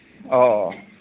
ꯑꯧ